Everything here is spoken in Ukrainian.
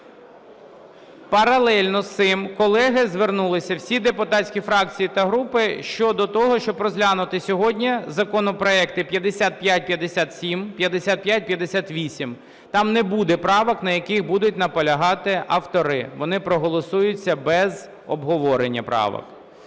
Паралельно з цим, колеги, звернулися всі депутатські фракції та груп, щодо того, щоб розглянути сьогодні законопроекти 5557, 5558. Там не буде правок, на яких будуть наполягати автори, вони проголосуються без обговорення правок.